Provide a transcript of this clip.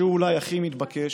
שאולי הכי מתבקש: